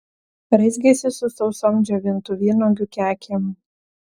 raizgėsi su sausom džiovintų vynuogių kekėm